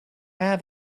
have